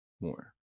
more